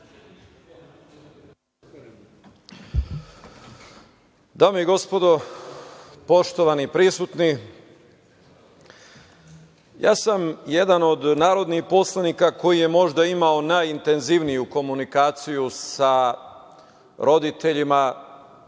Dame i gospodo, poštovani prisutni, ja sam jedan od narodnih poslanika koji je možda imao najintenzivniju komunikaciju sa roditeljima